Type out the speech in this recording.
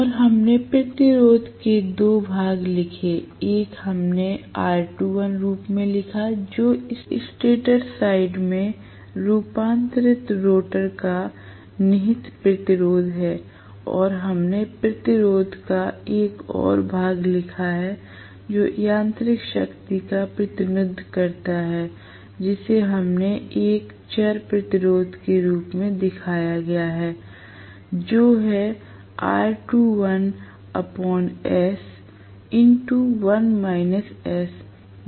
और हमने प्रतिरोध के 2 भाग लिखे एक हमने R2l रूप में लिखा जो स्टेटर साइड में रूपांतरित रोटर का निहित प्रतिरोध है और हमने प्रतिरोध का एक और भाग लिखा है जो यांत्रिक शक्ति का प्रतिनिधित्व करता है जिसे हमने एक चर प्रतिरोध के रूप में दिखाया था जो है